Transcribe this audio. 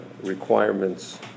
requirements